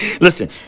Listen